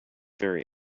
very